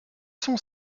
sont